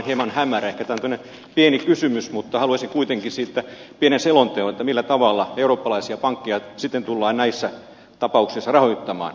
ehkä tämä on pieni kysymys mutta haluaisin kuitenkin siitä pienen selonteon millä tavalla eurooppalaisia pankkeja sitten tullaan näissä tapauksissa rahoittamaan